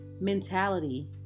Mentality